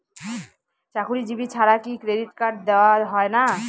চাকুরীজীবি ছাড়া কি ক্রেডিট কার্ড দেওয়া হয় না?